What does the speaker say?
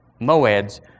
Moeds